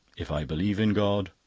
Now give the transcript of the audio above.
if i believe in god,